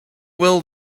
will